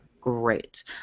great